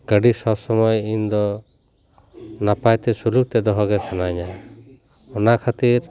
ᱜᱟᱹᱰᱤ ᱥᱚᱵᱽ ᱥᱚᱢᱚᱭ ᱤᱧ ᱫᱚ ᱱᱟᱯᱟᱭ ᱛᱮ ᱥᱩᱞᱩᱠ ᱛᱮ ᱫᱚᱦᱚ ᱜᱮ ᱥᱟᱱᱟᱧᱟ ᱚᱱᱟ ᱠᱷᱟᱹᱛᱤᱨ